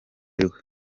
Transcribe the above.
rwe